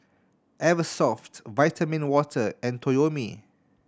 Eversoft Vitamin Water and Toyomi